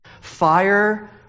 Fire